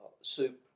soup